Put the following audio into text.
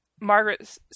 Margaret